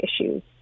issues